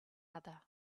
other